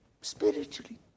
spiritually